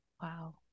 wow